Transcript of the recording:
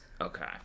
okay